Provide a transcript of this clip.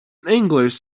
english